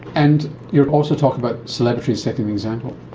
and you also talk about celebrities setting the example.